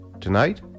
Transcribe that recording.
Tonight